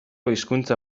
hizkuntza